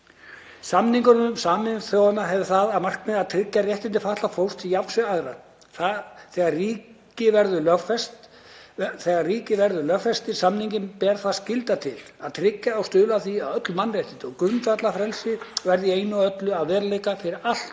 Samningur Sameinuðu þjóðanna hefur það að markmiði að tryggja réttindi fatlaðs fólks til jafns við aðra. Þegar ríki lögfestir samninginn ber það skyldu til „að tryggja og stuðla að því að öll mannréttindi og grundvallarfrelsi verði í einu og öllu að veruleika fyrir allt